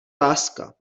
láska